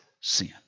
sin